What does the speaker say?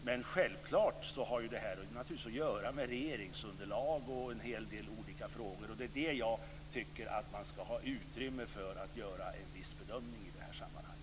Men självklart har det här att göra med regeringsunderlag och en hel del olika frågor, och det är där jag tycker att man skall ha utrymme för att göra en viss bedömning i det här sammanhanget.